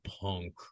punk